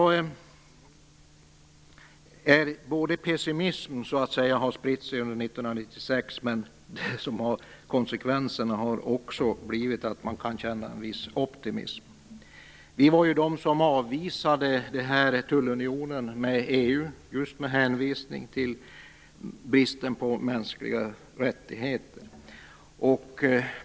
Under 1996 spred sig en pessimism, vars konsekvenser ändå har blivit att man kan känna en viss optimism. Vi i Vänsterpartiet avvisade tullunionen med EU med hänvisning till just bristen på mänskliga rättigheter.